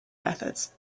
methods